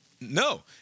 No